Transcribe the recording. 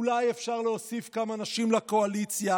אולי אפשר להוסיף כמה נשים לקואליציה,